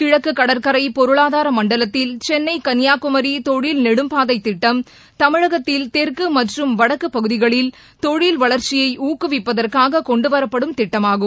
கிழக்குகடற்கரைபொருளாதாரமண்டலத்தில் சென்னை கன்னியாகுமரிதொழில் நெடும்பாதைத் திட்டம் தமிழகத்தில் தெற்குமற்றும் வடக்குபகுதிகளில் தொழில் வளர்ச்சியைஊக்குவிப்பதற்காககொண்டுவரப்படும் திட்டமாகும்